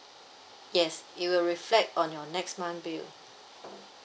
yes it will reflect on your next month bill